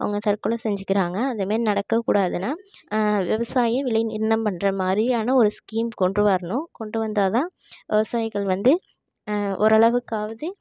அவங்க தற்கொலை செஞ்சுக்கிறாங்க அந்தமாரி நடக்கக்கூடாதுன்னா விவசாயியே விலை நிர்ணயம் பண்ணுற மாதிரியான ஒரு ஸ்கீம் கொண்டு வரணும் கொண்டு வந்தால் தான் விவசாயிகள் வந்து ஓரளவுக்காவது